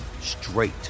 straight